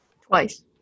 Twice